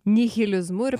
nihilizmu ir